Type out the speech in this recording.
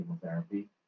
chemotherapy